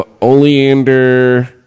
Oleander